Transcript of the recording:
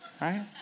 right